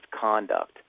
conduct